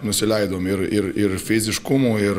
nusileidom ir ir ir fiziškumu ir